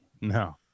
no